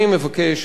אני מבקש,